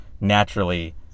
naturally